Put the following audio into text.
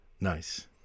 Nice